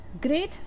great